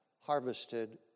harvested